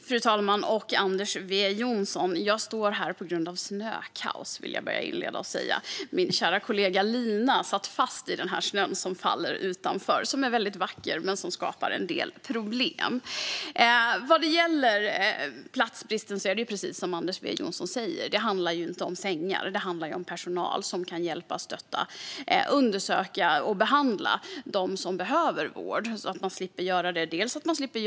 Fru talman och Anders W Jonsson! Jag vill inleda med att säga att jag står här på grund av snökaoset. Min kära kollega Lina sitter fast i snön som faller utanför. Den är väldigt vacker, men den skapar en del problem. Vad gäller platsbristen är det precis som Anders W Jonsson säger: Det handlar inte om sängar. Det handlar om personal som kan hjälpa, stötta, undersöka och behandla dem som behöver vård så att man slipper göra det i en korridor.